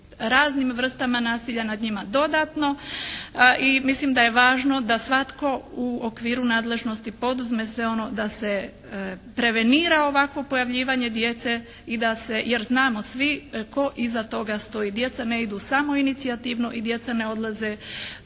raznim vrstama nasilja nad njima dodatno. I mislim da je važno da svatko u okviru nadležnosti poduzme sve ono da se prevenira ovakvo pojavljivanje djece i da se, jer znamo svi tko iza toga stoji. Djeca ne idu samoinicijativno i djeca na odlaze